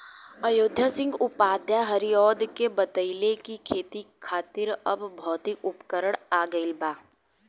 अयोध्या सिंह उपाध्याय हरिऔध के बतइले कि खेती करे खातिर अब भौतिक उपकरण आ गइल बा